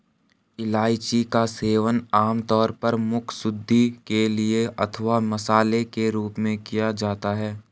इलायची का सेवन आमतौर पर मुखशुद्धि के लिए अथवा मसाले के रूप में किया जाता है